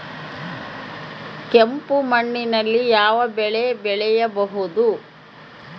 ಕೆಂಪು ಮಣ್ಣಿನಲ್ಲಿ ಯಾವ ಬೆಳೆ ಬೆಳೆಯಬಹುದು?